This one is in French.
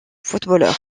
footballeur